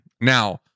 Now